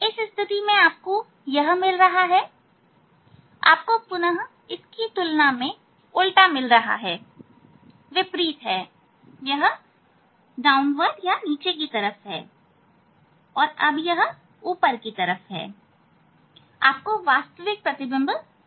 इस स्थिति में आपको यह मिल रहा है आपको पुनः इसकी तुलना में उल्टा मिल रहा है विपरीत हैयह नीचे की तरफ है तो अब ऊपर की तरफ और आपको वास्तविक प्रतिबिंब मिल रहे हैं